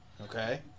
Okay